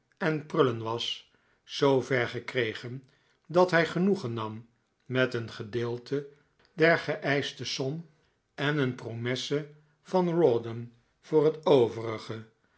en prullen was zoover gekregen dat hij genoegen nam met een gedeelte der geeischte som en een promesse van rawdon voor het overige